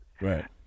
Right